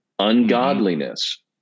ungodliness